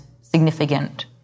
significant